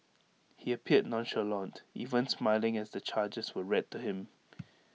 he appeared nonchalant even smiling as the charges were read to him